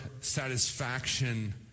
satisfaction